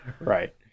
Right